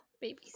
babies